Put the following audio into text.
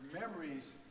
memories